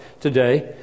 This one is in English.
today